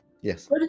Yes